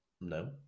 no